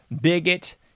bigot